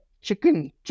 chicken